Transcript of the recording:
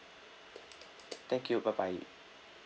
thank you bye bye